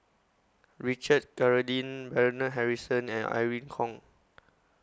Richard Corridon Bernard Harrison and Irene Khong